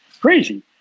crazy